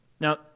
Now